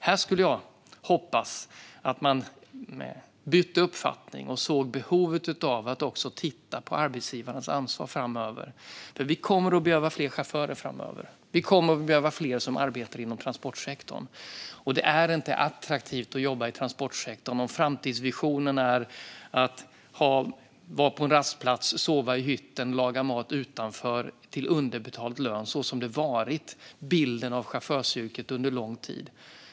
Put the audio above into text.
Här hoppas jag att de byter uppfattning och ser behovet av att också titta på arbetsgivarnas ansvar framöver. Vi kommer nämligen att behöva fler chaufförer framöver, och vi kommer att behöva fler som arbetar inom transportsektorn. Det är inte attraktivt att jobba i transportsektorn om framtidsvisionen är att vara på en rastplats, sova i hytten, laga mat utanför och vara underbetald. Så har bilden av chaufförsyrket varit under lång tid.